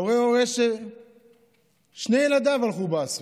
אתה רואה הורה ששני ילדיו הלכו באסון.